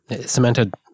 cemented